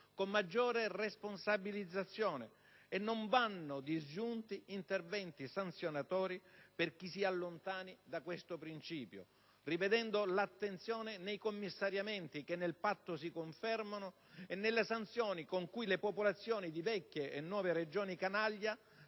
con maggiore responsabilizzazione e non vanno disgiunti interventi sanzionatori per chi si allontani da questo principio, rivedendo l'attenzione nei commissariamenti, che nel "Patto" si confermano, e nelle sanzioni con cui le popolazioni di vecchie e nuove "Regioni canaglia"